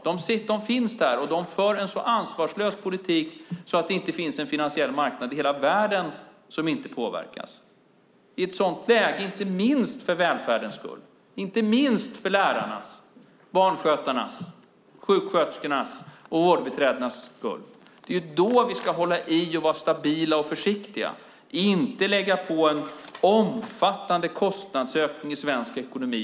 De finns där, och de för en så ansvarslös politik att det inte finns en finansiell marknad i hela världen som inte påverkas. I ett sådant läge inte minst för välfärdens skull, inte minst för lärarnas, barnskötarnas, sjuksköterskornas och vårdbiträdenas skull ska vi hålla i och vara stabila och försiktiga, inte lägga på en omfattande kostnadsökning i svensk ekonomi.